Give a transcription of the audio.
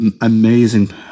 amazing